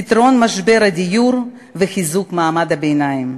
בפתרון משבר הדיור ובחיזוק מעמד הביניים.